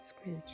Scrooge